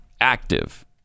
active